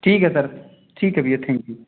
ठीक है सर ठीक है भैया थैंक यू